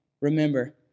Remember